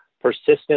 persistent